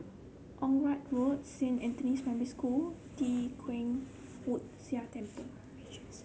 Onraet Road Saint Anthony's Primary School Tee Kwee Hood Sia Temple